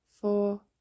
four